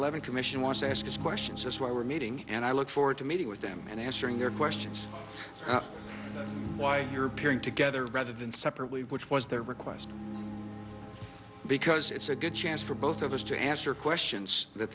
eleven commission wants to ask questions is why we're meeting and i look forward to meeting with them and answering your questions that's why you're appearing together rather than separately which was their request because it's a good chance for both of us to answer questions that